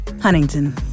Huntington